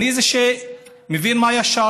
אני זה שמבין מה ישר,